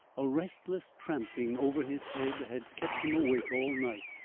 a restless tramping over his head had kept him awake all night.